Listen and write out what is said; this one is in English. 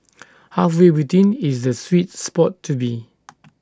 halfway between is the sweet spot to be